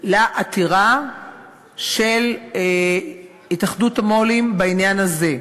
לעתירה של התאחדות המו"לים בעניין הזה.